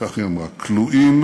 כך היא אמרה, כלואים,